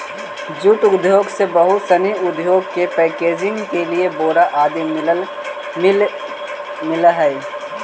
jute उद्योग से बहुत सनी उद्योग के पैकेजिंग के लिए बोरा आदि मिलऽ हइ